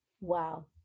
Wow